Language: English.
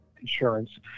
insurance